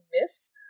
miss